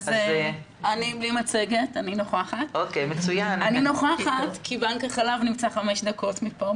אני נוכחת פיזית בדיון כי בנק החלב נמצא חמש דקות מפה,